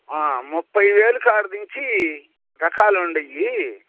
ముప్పై వేలు కాడ నుంచి రకాలు ఉన్నాయి